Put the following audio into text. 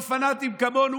לא פנאטים כמונו,